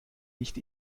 nicht